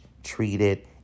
treated